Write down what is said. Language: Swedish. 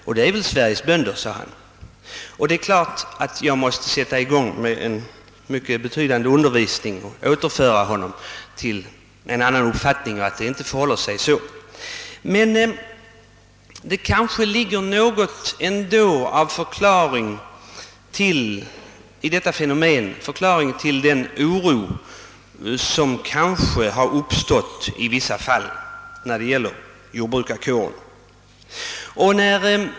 Och det måste väl vara Sveriges bön der.» Jag måste då naturligtvis sätta i gång en mycket omfattande undervisning för att återföra honom till ordningen och uppfattningen att det inte förhåller sig så — men kanske speglar ändå denna episod något av den oro som har uppstått inom jordbrukarkåren i vissa fall.